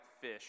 fish